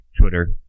Twitter